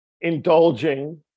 indulging